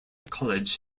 college